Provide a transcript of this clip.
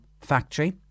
factory